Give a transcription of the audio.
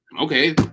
Okay